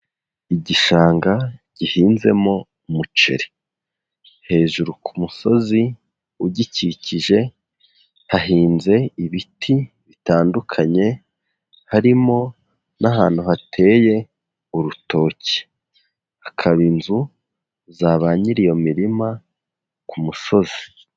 Igishanga gihinzemo umuceri, hejuru ku musozi ugikikije hahinze ibiti bitandukanye harimo n'ahantu hateye urutoki, hakaba inzu za ba nyiri iyo mirima ku musozi.